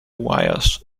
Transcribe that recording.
wires